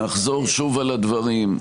אני אחזור שוב על הדברים,